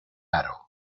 aro